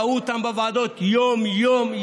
ראו אותם בוועדות יום-יום,